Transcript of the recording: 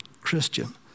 Christian